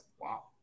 Wow